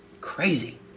crazy